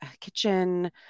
kitchen